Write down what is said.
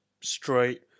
straight